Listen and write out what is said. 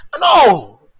No